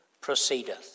proceedeth